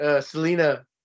Selena